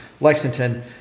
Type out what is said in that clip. Lexington